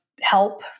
help